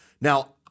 Now